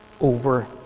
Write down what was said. over